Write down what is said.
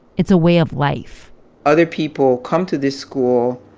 it's a way of life other people come to this school,